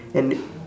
and